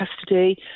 custody